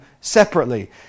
separately